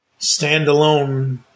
standalone